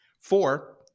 Four